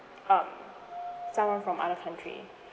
um someone from other country